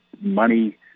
money